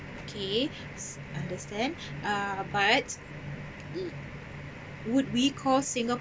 okay s~ understand uh but would we call singapore